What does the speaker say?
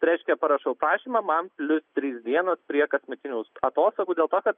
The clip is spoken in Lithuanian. reiškia parašau pažymą man plius trys dienos prie kasmetinių atostogų dėl to kad